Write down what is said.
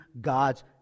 God's